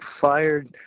fired